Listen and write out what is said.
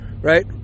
Right